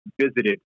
visited